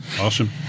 Awesome